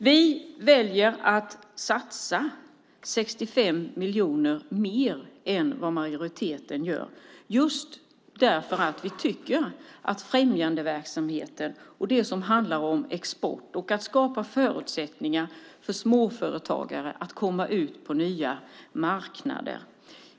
Vi väljer att satsa 65 miljoner mer än majoriteten just därför att vi tycker att främjandeverksamheten och det som handlar om export och om att skapa förutsättningar för småföretagare att komma ut på nya marknader är så viktigt.